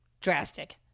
drastic